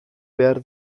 behar